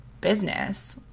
business